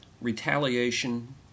retaliation